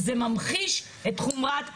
זה ממחיש את חומרת המצב.